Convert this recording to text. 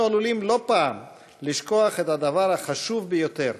אנחנו עלולים לא פעם לשכוח את הדבר החשוב ביותר: